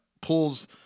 pulls